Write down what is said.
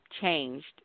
changed